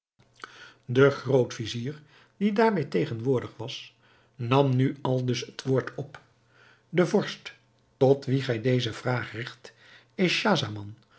de groot-vizier die daarbij tegenwoordig was nam nu aldus het woord op de vorst tot wien gij deze vraag rigt is